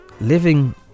living